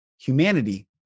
humanity